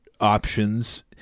options